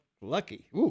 lucky